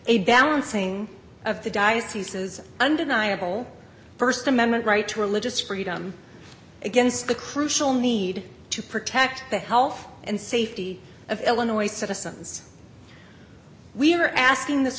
a balancing of the diocese's undeniable st amendment right to religious freedom against the crucial need to protect the health and safety of illinois citizens we are asking this